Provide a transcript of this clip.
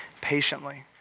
patiently